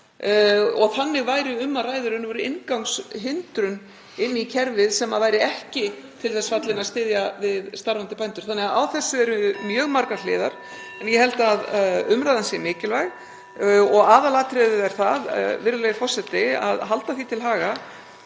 og þannig væri um að ræða í raun og veru inngangshindrun inn í kerfið sem væri ekki til þess fallin að styðja við starfandi bændur. Þannig að á þessu eru mjög margar hliðar. En ég held að umræðan sé mikilvæg. Aðalatriðið er það, virðulegi forseti, að halda því til haga